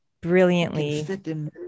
Brilliantly